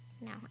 No